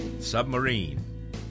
Submarine